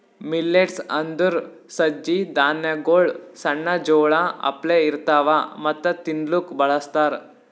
millets ಅಂದುರ್ ಸಜ್ಜಿ ಧಾನ್ಯಗೊಳ್ ಸಣ್ಣ ಜೋಳ ಅಪ್ಲೆ ಇರ್ತವಾ ಮತ್ತ ತಿನ್ಲೂಕ್ ಬಳಸ್ತಾರ್